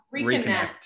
reconnect